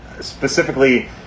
specifically